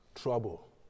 Trouble